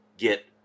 Get